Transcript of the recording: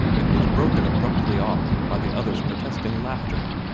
it was broken abruptly off by the other's protesting laughter.